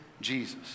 Jesus